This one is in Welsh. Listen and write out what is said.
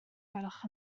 gwelwch